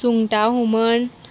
सुंगटा हुमण